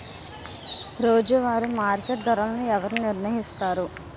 రోజువారి మార్కెట్ ధరలను ఎవరు నిర్ణయిస్తారు?